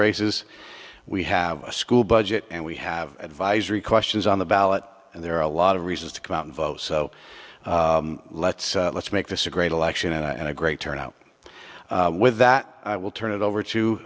races we have a school budget and we have advisory questions on the ballot and there are a lot of reasons to come out and vote so let's let's make this a great election and a great turnout with that i will turn it over to